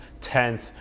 10th